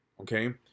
Okay